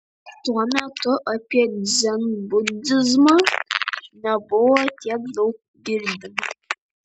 tuo metu apie dzenbudizmą nebuvo tiek daug girdima